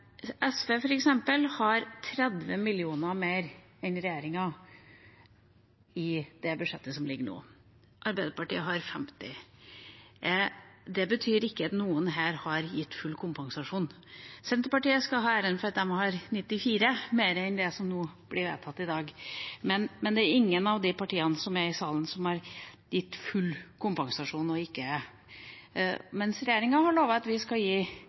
det budsjettet som foreligger nå, Arbeiderpartiet har 50 mill. kr mer. Det betyr ikke at noen her har gitt full kompensasjon. Senterpartiet skal ha æren for at de har 94 mill. kr mer enn det som blir vedtatt i dag, men det er ingen av partiene her i salen som har gitt full kompensasjon. Regjeringa har lovet at vi skal gi